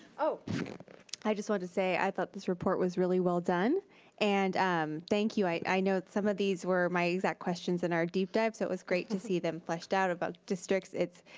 ah i just wanted to say, i thought this report was really well done and um thank you. i i know some of these were my exact questions in our deep dive, so it was great to see them fleshed out about districts.